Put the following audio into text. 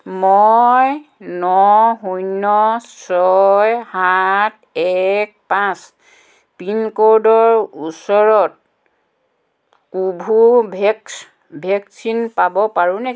মই ন শূণ্য ছয় সাত এক পাঁচ পিনক'ডৰ ওচৰত কোভোভেক্স ভেকচিন পাব পাৰোঁ নেকি